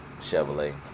Chevrolet